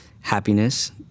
happiness